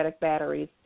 batteries